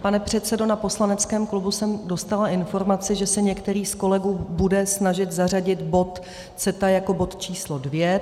Pane předsedo, na poslaneckém klubu jsem dostala informaci, že se některý z kolegů bude snažit zařadit bod CETA jako bod číslo 2.